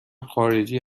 خارجی